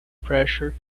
pressure